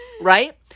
right